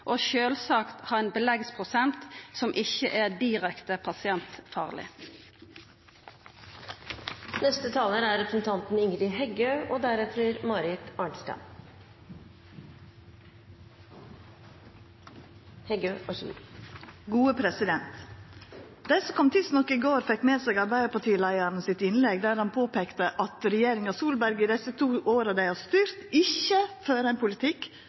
og sjølvsagt ha ein beleggsprosent som ikkje er direkte pasientfarleg. Dei som kom tidsnok i går, fekk med seg innlegget frå arbeidarpartileiaren, der han påpeikte at regjeringa Solberg i dei to åra dei har styrt, ikkje har ført ein politikk